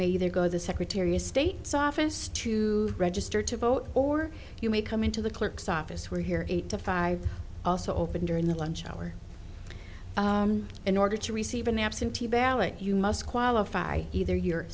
may either go to the secretary of state's office to register to vote or you may come into the clerk's office where here eight to five also open during the lunch hour in order to receive an absentee ballot you must qualify either you're